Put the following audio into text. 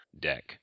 deck